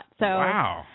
Wow